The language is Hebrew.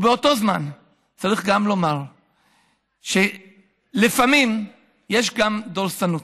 ובאותו זמן צריך גם לומר שלפעמים יש גם דורסנות.